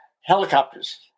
helicopters